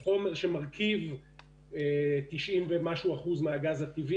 מתאן זה חומר שמרכיב 90 ומשהו אחד מהגז הטבעי,